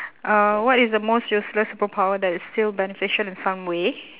uh what is the most useless superpower that is still beneficial in some way